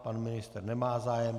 Pan ministr nemá zájem.